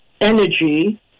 energy